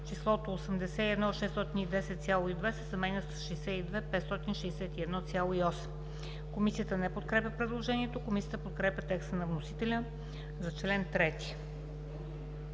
числото „-81 610,2“ се заменя с „-62 561,8“.“ Комисията не подкрепя предложението. Комисията подкрепя текста на вносителя за чл. 3.